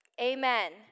Amen